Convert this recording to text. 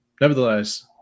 nevertheless